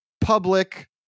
public